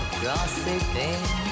gossiping